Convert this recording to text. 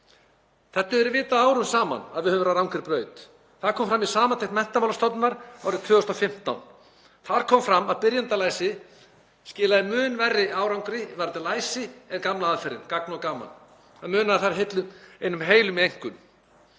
hefur verið vitað árum saman að við höfum verið á rangri braut. Það kom fram í samantekt Menntamálastofnunar árið 2015. Þar kom fram að byrjendalæsi skilaði mun verri árangri í læsi en gamla aðferðin, Gagn og gaman. Þar munaði einum heilum í einkunn.